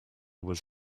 was